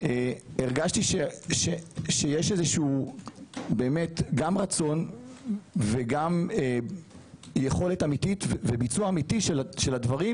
הרגשתי שיש איזשהו גם רצון וגם יכולת אמיתית וביצוע אמיתי של הדברים